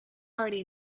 already